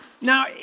Now